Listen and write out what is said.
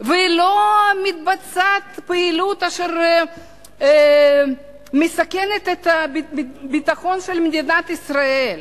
ולא מתבצעת פעילות אשר מסכנת את הביטחון של מדינת ישראל,